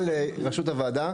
הוועדה.